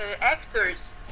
actors